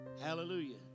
Hallelujah